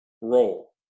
role